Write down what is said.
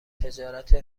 تجارت